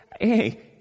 hey